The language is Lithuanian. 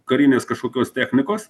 karinės kažkokios technikos